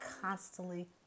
constantly